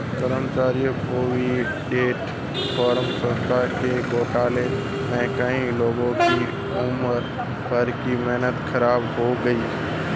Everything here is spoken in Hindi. कर्मचारी प्रोविडेंट फण्ड संस्था के घोटाले में कई लोगों की उम्र भर की मेहनत ख़राब हो गयी